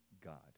God